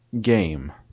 game